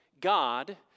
God